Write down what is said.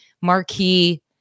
marquee